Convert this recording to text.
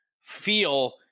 feel